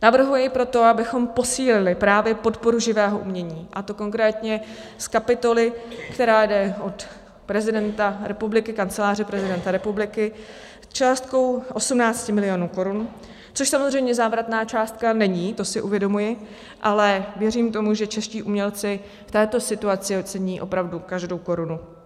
Navrhuji proto, abychom posílili právě podporu živého umění, a to konkrétně z kapitoly, která jde od prezidenta republiky, Kanceláře prezidenta republiky, částkou 18 milionů korun, což samozřejmě závratná částka není, to si uvědomuji, ale věřím tomu, že čeští umělci v této situaci ocení opravdu každou korunu.